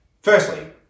Firstly